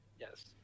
Yes